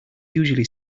usually